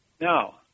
Now